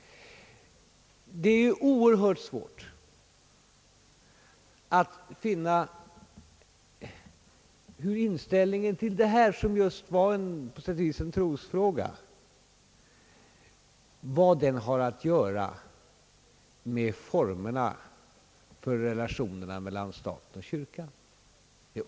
Det är oerhört svårt att finna vad trosfrågan har att göra med formerna för relationerna mellan stat och kyrka.